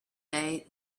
day